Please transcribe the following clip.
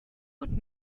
und